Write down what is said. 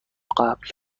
قبل